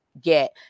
get